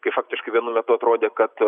kai faktiškai vienu metu atrodė kad